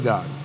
God